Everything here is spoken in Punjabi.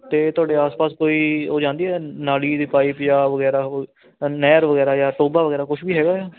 ਅਤੇ ਤੁਹਾਡੇ ਆਸ ਪਾਸ ਕੋਈ ਉਹ ਜਾਂਦੀ ਹੈ ਨਾਲੀ ਦੀ ਪਾਈਪ ਜਾਂ ਵਗੈਰਾ ਕੋਈ ਨਹਿਰ ਵਗੈਰਾ ਜਾਂ ਟੋਭਾ ਵਗੈਰਾ ਕੁਛ ਵੀ ਹੈਗਾ ਆ